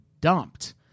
dumped